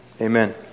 amen